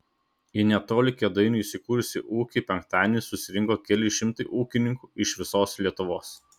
į netoli kėdainių įsikūrusį ūkį penktadienį susirinko keli šimtai ūkininkų iš visos lietuvos